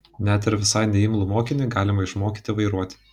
net ir visai neimlų mokinį galima išmokyti vairuoti